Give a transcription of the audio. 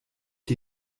dir